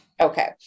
Okay